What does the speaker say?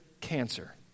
cancer